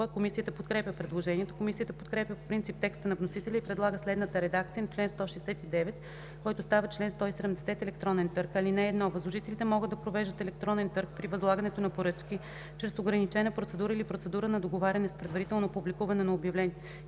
Комисията подкрепя предложението. Комисията подкрепя по принцип текста на вносителя и предлага следната редакция на чл. 169, който става чл. 170: „Електронен търг Чл. 170. (1) Възложителите могат да провеждат електронен търг при възлагането на поръчка чрез ограничена процедура или процедура на договаряне с предварително публикуване на обявление